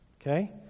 Okay